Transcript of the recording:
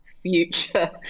future